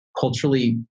culturally